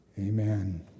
Amen